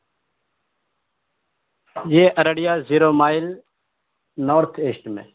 یہ area zero mile north east میں